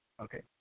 Okay